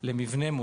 זה לא הליך פשוט.